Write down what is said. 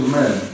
men